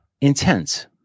Intense